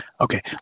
Okay